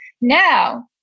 Now